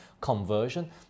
conversion